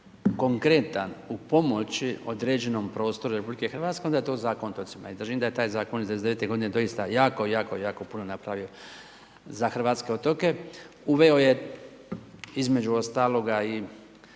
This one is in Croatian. konkretan u pomoći određenom prostoru RH onda je to Zakon o otocima i držim da je taj Zakon iz 1999. godine doista jako, jako, jako puno napravio za hrvatske otoke. Uveo je, između ostaloga i